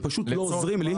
הם פשוט לא עוזרים לי.